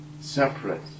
separate